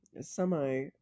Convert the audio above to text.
semi